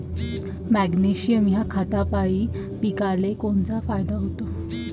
Magnesium ह्या खतापायी पिकाले कोनचा फायदा होते?